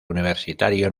universitario